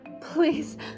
Please